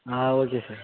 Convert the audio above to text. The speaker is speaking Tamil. ah okay sir